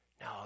No